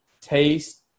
taste